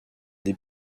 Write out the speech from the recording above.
des